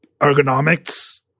ergonomics